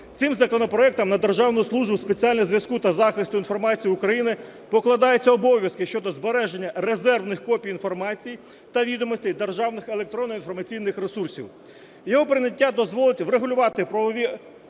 Цим законопроектом на Державну службу спеціального зв’язку та захисту інформації України покладаються обов'язки щодо збереження резервних копій інформації та відомостей державних електронно-інформаційних ресурсів. Його прийняття дозволить врегулювати правові